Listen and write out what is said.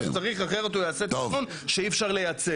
שצריך אחרת הוא יעשה תכנון שאי אפשר לייצר.